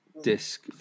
disc